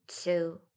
two